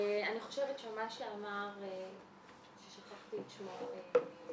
אני חושבת שמה שאמר זה ששכחתי את שמו מאל-קאסום,